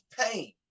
Pain